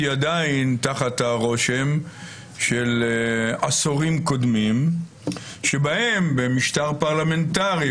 עדיין תחת הרושם של עשורים קודמים שבהם במשטר פרלמנטרי,